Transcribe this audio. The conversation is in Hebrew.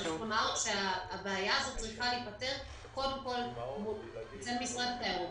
צריך לומר שהבעיה הזאת צריכה להיפתר קודם כל במשרד התיירות.